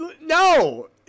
No